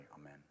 amen